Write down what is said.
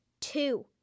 two